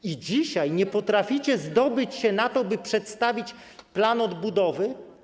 I dzisiaj nie potraficie zdobyć się na to, by przedstawić plan odbudowy.